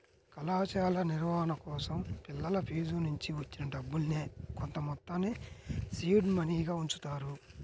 కళాశాల నిర్వహణ కోసం పిల్లల ఫీజునుంచి వచ్చిన డబ్బుల్నే కొంతమొత్తాన్ని సీడ్ మనీగా ఉంచుతారు